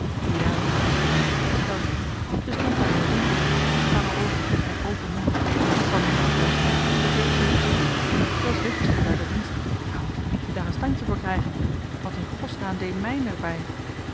dina was opgesprongen ontsteld ze stond daar in den donkeren hoek met starre oogen en open mond van moeders boosheid begreep ze niets meer zij was weggestuurd uit d'er dienst waarom moest piet daar een standje voor krijgen wat in go's naam dee mijn d'er